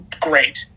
Great